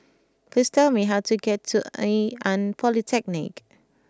please tell me how to get to Ngee Ann Polytechnic